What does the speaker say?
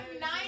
nine